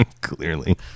Clearly